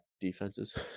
defenses